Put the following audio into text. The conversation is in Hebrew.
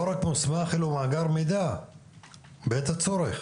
רק מוסמך אלא הוא אגר מידע בעת הצורך,